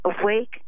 awake